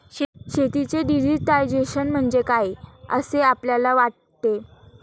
शेतीचे डिजिटायझेशन म्हणजे काय असे आपल्याला वाटते?